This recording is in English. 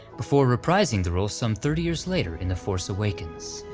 before reprising the role some thirty years later in the force awakens.